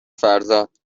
فرزاد